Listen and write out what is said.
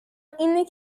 اینه